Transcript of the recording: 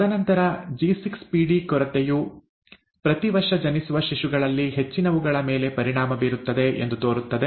ತದನಂತರ ಜಿ6ಪಿಡಿ ಕೊರತೆಯು ಪ್ರತಿವರ್ಷ ಜನಿಸುವ ಶಿಶುಗಳಲ್ಲಿ ಹೆಚ್ಚಿನವುಗಳ ಮೇಲೆ ಪರಿಣಾಮ ಬೀರುತ್ತದೆ ಎಂದು ತೋರುತ್ತದೆ